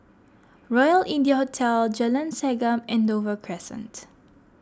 Royal India Hotel Jalan Segam and Dover Crescent